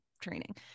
training